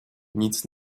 nic